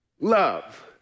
Love